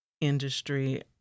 industry